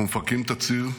אנחנו מפרקים את הציר,